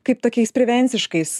kaip tokiais prevenciškais